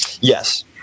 yes